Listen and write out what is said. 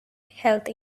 health